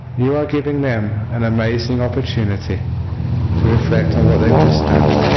you are giving them an amazing opportunity to reflect on what they have just done.